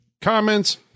comments